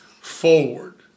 forward